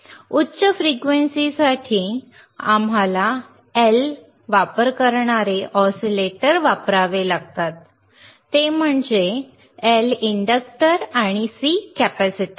उच्च फ्रिक्वेन्सीसाठी आम्हाला L वापर करणारे ऑसिलेटर वापरावे लागतात ते म्हणजे L इंडक्टर आणि C कॅपेसिटर